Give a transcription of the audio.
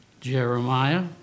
Jeremiah